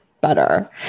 better